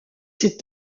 ses